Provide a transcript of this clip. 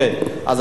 אוקיי.